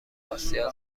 آسیا